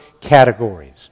categories